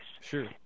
Sure